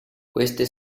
queste